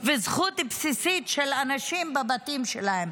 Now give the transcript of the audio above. והזכות הבסיסית של אנשים בבתים שלהם.